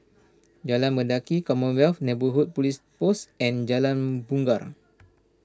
Jalan Mendaki Commonwealth Neighbourhood Police Post and Jalan Bungar